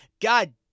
God